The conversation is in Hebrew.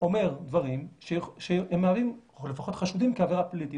אומר דברים שהם מהווים או לפחות חשודים כעבירה פלילית.